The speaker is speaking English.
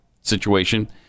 situation